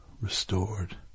restored